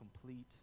complete